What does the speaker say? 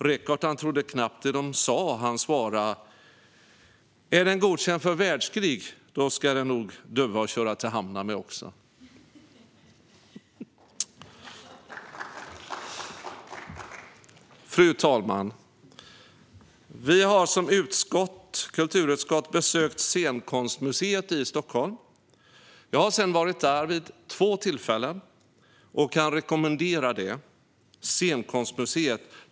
Reckart han trodde knappt det dom sa. Han swara: Är den godkänd för världskrig, då ska den nog duga å köra te hamna med också. Fru talman! Vi i kulturutskottet har besökt Scenkonstmuseet i Stockholm. Jag har sedan varit där vid två tillfällen och kan rekommendera det.